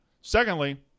secondly